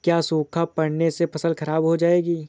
क्या सूखा पड़ने से फसल खराब हो जाएगी?